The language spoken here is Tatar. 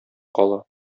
кала